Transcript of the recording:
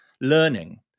learning